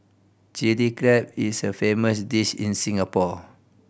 Chilli Crab is a famous dish in Singapore